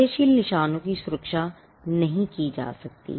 कार्यशील निशानों की सुरक्षा नहीं की जा सकती